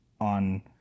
on